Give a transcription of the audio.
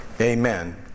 Amen